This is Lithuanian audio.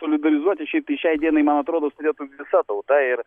solidarizuotis šiaip tai šiai dienai man atrodos turėtų visa tauta ir